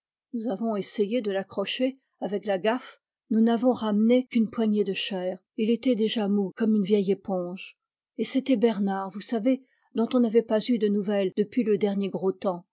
nous avons essayé de l'accrocher avec la gaffe nous n'avons ramené qu'une poignée de chair il était déjà mou comme une vieille éponge et c'était bernard vous savez dont on n'avait pas eu de nouvelles depuis le dernier gros temps